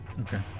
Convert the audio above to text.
Okay